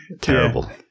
Terrible